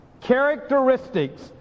characteristics